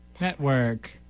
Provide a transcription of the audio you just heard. Network